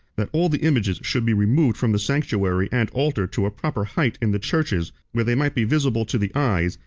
that all the images should be removed from the sanctuary and altar to a proper height in the churches where they might be visible to the eyes,